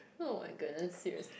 oh my goodness serious